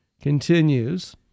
continues